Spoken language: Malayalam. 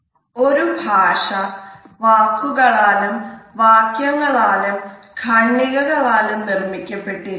ഒരു ഭാഷ വാക്കുകളാലും വാക്യങ്ങളാലും ഖണ്ഡികകളാലും നിർമ്മിക്കപ്പെട്ടിരിക്കുന്നു